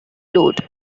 load